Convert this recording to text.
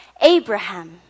Abraham